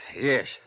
Yes